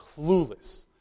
clueless